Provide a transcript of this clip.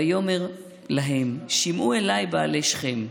ויאמר להם, שמעו אלי בעלי שכם,